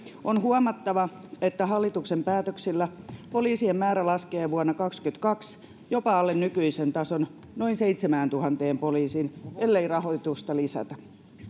on huomattava että hallituksen päätöksillä poliisien määrä laskee vuonna kaksituhattakaksikymmentäkaksi jopa alle nykyisen tason noin seitsemääntuhanteen poliisiin ellei rahoitusta lisätä